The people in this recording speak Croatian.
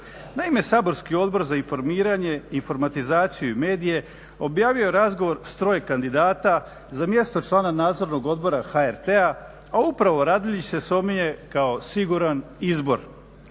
Naime, saborski Odbor za informiranje, informatizaciju i medije objavio je razgovor sa troje kandidata za mjesto člana Nadzornog odbora HRT-a, a upravo Radeljić se spominjem kao siguran izbor.